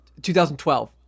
2012